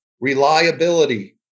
reliability